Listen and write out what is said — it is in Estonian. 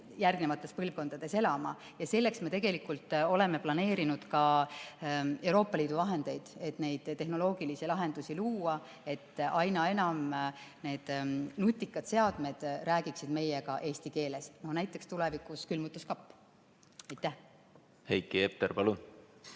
järgmises põlvkondades elama. Selleks me tegelikult oleme planeerinud kasutada ka Euroopa Liidu vahendeid, et neid tehnoloogilisi lahendusi luua, et aina enam need nutikad seadmed räägiksid meiega eesti keeles, näiteks tulevikus külmutuskapp. Heiki Hepner.